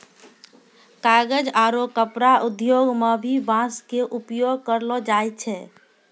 कागज आरो कपड़ा उद्योग मं भी बांस के उपयोग करलो जाय छै